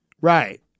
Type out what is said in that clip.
Right